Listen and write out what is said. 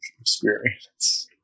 experience